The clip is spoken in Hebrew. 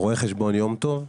רואה חשבון יום טוב.